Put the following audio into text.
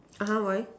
uh !huh! why